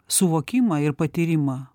suvokimą ir patyrimą